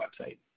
website